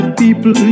people